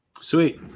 Sweet